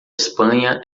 espanha